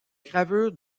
gravures